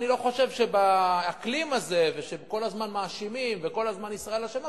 אני לא חושב שבאקלים הזה שכל הזמן מאשימים וכל הזמן ישראל אשמה,